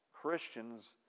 Christians